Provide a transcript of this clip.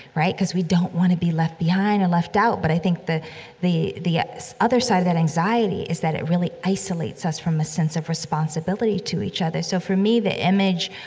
right? because we don't want to be left behind and left out. but i think the the the ah other side of that anxiety is that it really isolates us from a sense of responsibility to each other. so for me, the image,